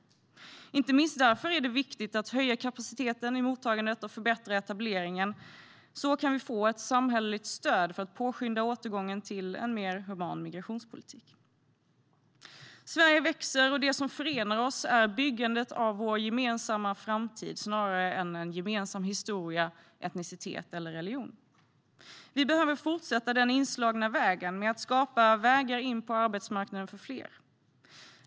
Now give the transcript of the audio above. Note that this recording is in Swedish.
Inte minst därför är det viktigt att höja kapaciteten i mottagandet och förbättra etableringen. Så kan vi få ett samhälleligt stöd för att påskynda återgången till en mer human migrationspolitik. Sverige växer, och det som förenar oss är byggandet av vår gemensamma framtid snarare än gemensam historia, etnicitet eller religion. Vi behöver fortsätta på den inslagna vägen och skapa vägar in på arbetsmarknaden för fler.